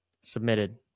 submitted